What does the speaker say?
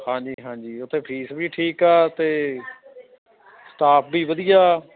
ਹਾਂਜੀ ਹਾਂਜੀ ਉੱਥੇ ਫੀਸ ਵੀ ਠੀਕ ਆ ਅਤੇ ਸਟਾਫ ਵੀ ਵਧੀਆ